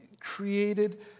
created